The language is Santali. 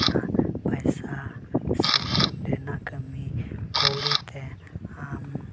ᱚᱱᱟ ᱯᱚᱭᱥᱟ ᱥᱮ ᱚᱸᱰᱮᱱᱟᱜ ᱠᱟᱹᱢᱤ ᱠᱟᱹᱣᱲᱤᱛᱮ ᱟᱢ